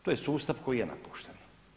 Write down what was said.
To je sustav koji je napušten.